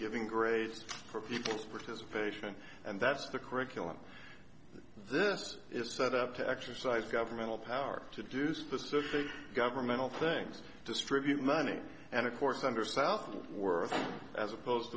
giving grades for people's participation and that's the curriculum this is set up to exercise governmental power to do specific governmental things distribute money and of course under southey worth as opposed t